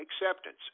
acceptance